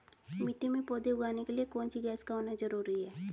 मिट्टी में पौधे उगाने के लिए कौन सी गैस का होना जरूरी है?